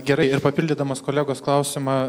gerai ir papildydamas kolegos klausimą